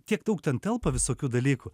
tiek daug ten telpa visokių dalykų